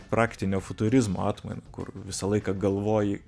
praktinio futurizmo atmainą kur visą laiką galvoji